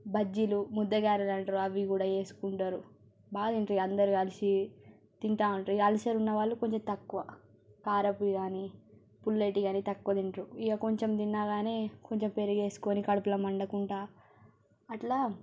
బజ్జీలు ముద్ద గారెలు అంటారు అవి కూడా వేసుకుంటారు బాగా తింటారు ఇక అందరు కలిసి తింటూ ఉంటారు ఇక అల్సర్ ఉన్నవాళ్ళు కొంచెం తక్కువ కారంవి కానీ పుల్లటివి కానీ తక్కువ తింటారు ఇక కొంచెం తిన్నా కానీ కొంచెం పెరుగు వేసుకొని కడుపులో మండకుండా అట్లా